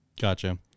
Gotcha